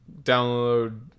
download